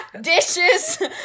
dishes